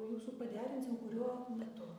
jūsų paderinsim kurio metu